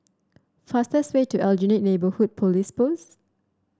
fastest way to Aljunied Neighbourhood Police Post